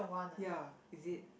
ya is it